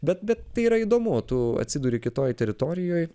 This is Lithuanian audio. bet bet tai yra įdomu tu atsiduri kitoj teritorijoj